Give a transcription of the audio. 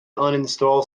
uninstall